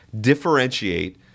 differentiate